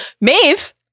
Maeve